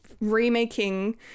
remaking